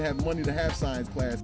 to have money to have science class